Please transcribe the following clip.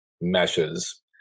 meshes